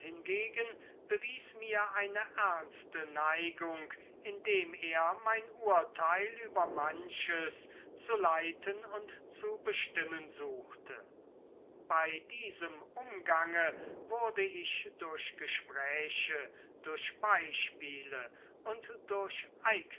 hingegen bewies mir eine ernste neigung indem er mein urteil über manches zu leiten und zu bestimmen suchte bei diesem umgange wurde ich durch gespräche durch beispiele und durch